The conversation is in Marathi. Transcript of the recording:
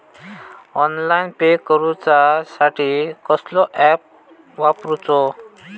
ऑनलाइन पे करूचा साठी कसलो ऍप वापरूचो?